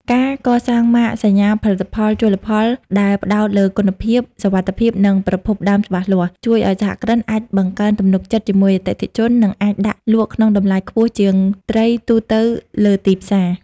ការកសាងម៉ាកសញ្ញាផលិតផលជលផលដែលផ្ដោតលើ "គុណភាព សុវត្ថិភាព និងប្រភពដើមច្បាស់លាស់" ជួយឱ្យសហគ្រិនអាចបង្កើតទំនុកចិត្តជាមួយអតិថិជន និងអាចដាក់លក់ក្នុងតម្លៃខ្ពស់ជាងត្រីទូទៅលើទីផ្សារ។